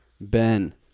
Ben